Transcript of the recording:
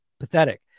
pathetic